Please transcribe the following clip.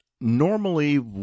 Normally